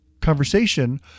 conversation